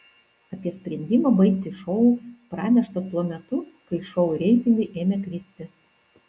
apie sprendimą baigti šou pranešta tuo metu kai šou reitingai ėmė kristi